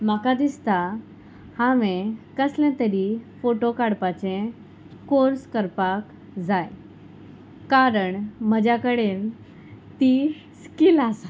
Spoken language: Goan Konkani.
म्हाका दिसता हांवें कसलें तरी फोटो काडपाचें कोर्स करपाक जाय कारण म्हज्या कडेन ती स्कील आसा